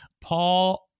Paul